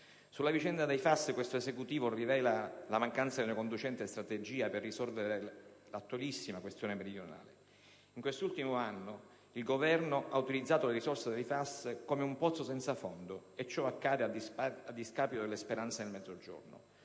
Sulla vicenda dei fondi FAS questo Esecutivo rivela la mancanza di una convincente strategia per risolvere l'attualissima questione meridionale. In questo ultimo anno il Governo ha utilizzato le risorse del FAS come un pozzo senza fondo, e ciò accade a discapito delle speranze del Mezzogiorno.